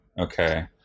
Okay